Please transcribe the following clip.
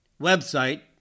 website